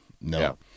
no